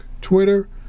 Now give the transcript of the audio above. Twitter